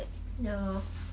ya lor